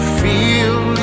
feel